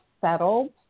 settled